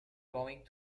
going